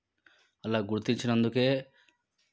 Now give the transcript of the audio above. అలా గుర్తించినందుకే